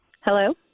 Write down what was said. Hello